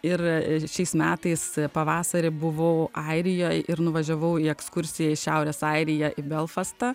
ir šiais metais pavasarį buvau airijoje ir nuvažiavau į ekskursiją į šiaurės airiją į belfastą